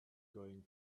going